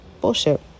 bullshit